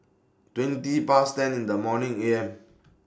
twenty Past ten in The morning A M